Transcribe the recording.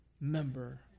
member